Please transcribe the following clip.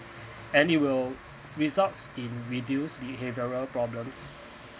and it well results in reduce behavioural problems